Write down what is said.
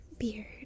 beard